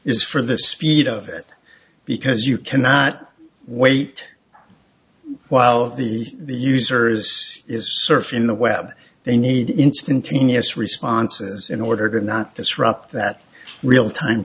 is for the speed of it because you cannot wait while the the user is surfing the web they need instantaneous responses in order to not disrupt that real time